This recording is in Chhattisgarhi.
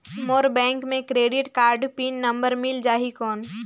मोर बैंक मे क्रेडिट कारड पिन नंबर मिल जाहि कौन?